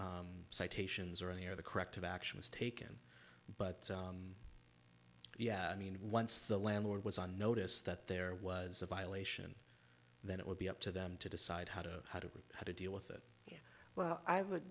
citations or any of the corrective action was taken but yeah i mean once the landlord was on notice that there was a violation then it would be up to them to decide how to how to how to deal with it well i would